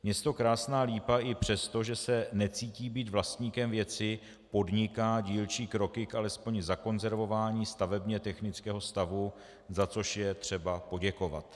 Město Krásná Lípa, i přestože se necítí být vlastníkem věci, podniká dílčí kroky alespoň k zakonzervování stavebně technického stavu, za což je třeba poděkovat.